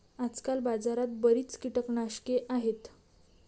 आजकाल बाजारात बरीच कीटकनाशके आहेत